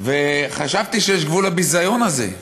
וחשבתי שיש גבול לביזיון הזה.